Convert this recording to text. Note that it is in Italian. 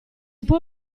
può